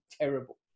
terrible